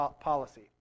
policy